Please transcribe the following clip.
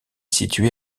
situé